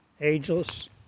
ageless